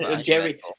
jerry